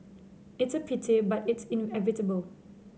it's a pity but it's inevitable